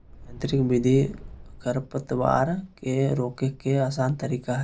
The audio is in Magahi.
यांत्रिक विधि खरपतवार के रोके के आसन तरीका हइ